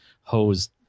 hose